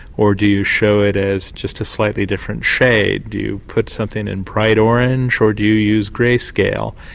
or do you show it as just a slightly different shade? do you put something in bright orange or do you use grey-scale?